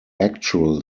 actual